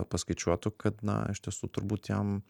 paskaičiuotų kad na iš tiesų turbūt jam